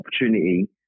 opportunity